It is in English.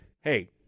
hey